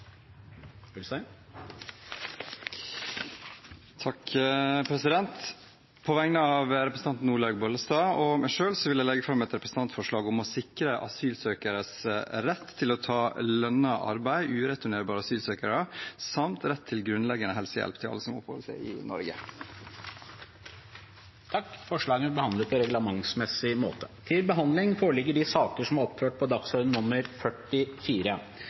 et representantforslag. På vegne av representanten Olaug Vervik Bollestad og meg selv vil jeg legge fram et representantforslag om å sikre ureturnerbare asylsøkeres rett til å ta lønnet arbeid, samt rett til grunnleggende helsehjelp til alle som oppholder seg i Norge. Forslagene vil bli behandlet på reglementsmessig måte. Etter ønske fra utdannings- og forskningskomiteen vil presidenten ordne debatten slik: 3 minutter til